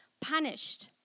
punished